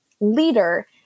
leader